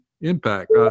impact